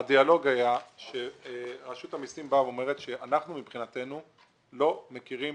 הדיאלוג היה שרשות המיסים באה ואומרת שאנחנו מבחינתנו לא מכירים